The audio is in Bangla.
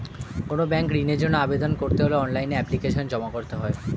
কোনো ব্যাংকে ঋণের জন্য আবেদন করতে হলে অনলাইনে এপ্লিকেশন জমা করতে হয়